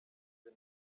gen